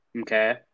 Okay